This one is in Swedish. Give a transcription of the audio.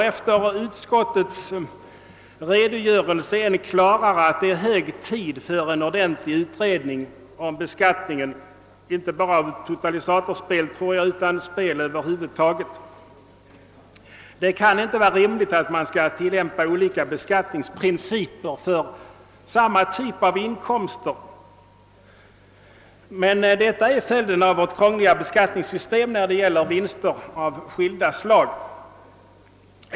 Efter utskottets redogörelse framstår det ännu klarare att det är hög tid för en ordentlig utredning om beskattningen inte bara av totalisatorspel utan av spel över ';uvud taget. Det kan inte vara rimligt at' tillämpa olika beskattnings principer "ör samma typ av inkomster, men dett ir följden av vårt krångliga beskattni:- system för vinster av skilda slag.